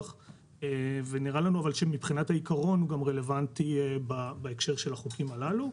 אבל נראה לנו שמבחינת העיקרון הוא גם רלוונטי בהקשר של החוקים הללו.